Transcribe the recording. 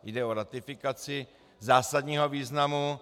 Jde o ratifikaci zásadního významu.